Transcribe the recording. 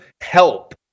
help